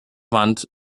wand